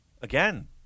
Again